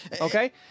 Okay